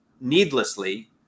needlessly